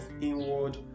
inward